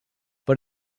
but